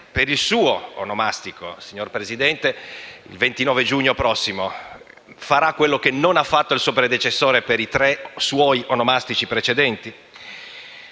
per il suo onomastico, signor Presidente, il 29 giugno prossimo, farà quello che non ha fatto il suo predecessore per i suoi tre onomastici precedenti?